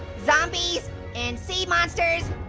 zombies and sea monsters.